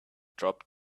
dropped